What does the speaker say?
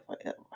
forever